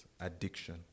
addiction